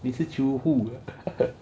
你是